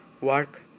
work